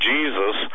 Jesus